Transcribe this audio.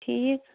ٹھیٖک